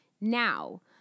Now